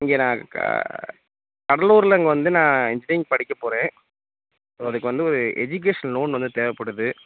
இங்கே நான் கடலூரில் இங்கே வந்து நான் இன்ஜினியரிங் படிக்க போகிறேன் ஸோ அதுக்கு வந்து ஒரு எஜுகேஷ்னல் லோன் வந்து தேவைப்படுது